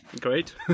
Great